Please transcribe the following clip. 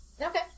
Okay